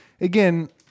again